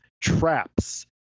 traps